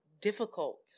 difficult